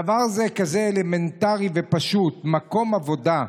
דבר כזה אלמנטרי ופשוט מקום עבודה,